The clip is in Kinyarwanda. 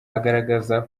agaragaza